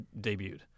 debuted